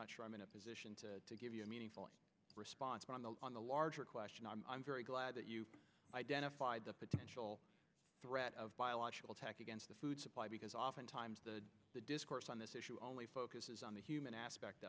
not sure i'm in a position to give you a meaningful response on the on the larger question i'm very glad that you identified the potential threat of biological attack against the food supply because oftentimes the discourse on this is only focuses on the human aspect